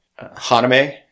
Haname